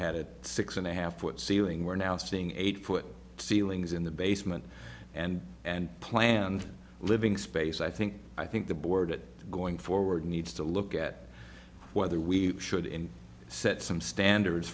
had a six and a half foot ceiling we're now seeing eight foot ceilings in the basement and and planned living space i think i think the board that going forward needs to look at whether we should in set some standards